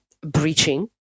breaching